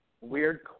weird